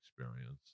experience